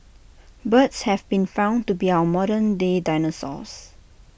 birds have been found to be our modern day dinosaurs